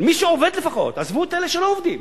מי שעובד לפחות, עזבו את אלה שלא עובדים.